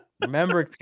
Remember